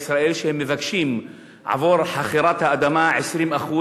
ישראל שהם מבקשים עבור חכירת האדמה 20%,